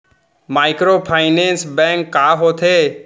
Microfinance bank का होथे?